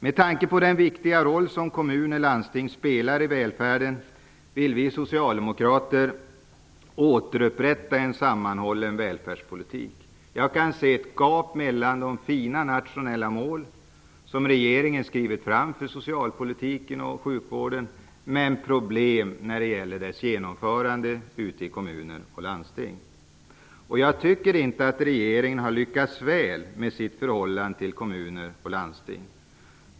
Med tanke på den viktiga roll som kommunerna och landstingen spelar för välfärden vill vi socialdemokrater återupprätta en sammanhållen välfärdspolitik. Jag kan se ett gap mellan de fina nationella mål som regeringen tagit fram för socialpolitiken och sjukvården, men det är problem med genomförandet i kommuner och landsting. Jag tycker inte regeringen har lyckats väl med sitt förhållande till kommuner och landsting.